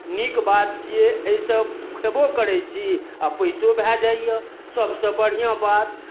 नीक बात छियै एहिसँ खयबो करैत छी आ पैसो भए जाइए सभसँ बढ़िआँ बात